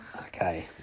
Okay